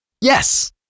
Yes